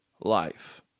life